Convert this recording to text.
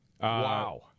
Wow